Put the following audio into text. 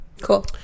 cool